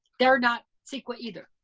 they're not ceqa either.